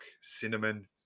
cinnamon